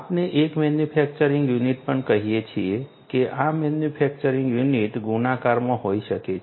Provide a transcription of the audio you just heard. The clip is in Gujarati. આપણે એક મેન્યુફેક્ચરિંગ યુનિટ પણ કહીએ છીએ કે આ મેન્યુફેક્ચરિંગ યુનિટ ગુણાકારમાં હોઈ શકે છે